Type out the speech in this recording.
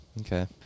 Okay